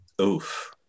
Oof